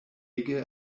ege